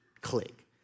click